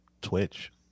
Twitch